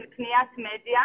של קניית מדיה,